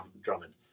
Drummond